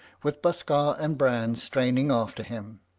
with buskar and bran straining after him.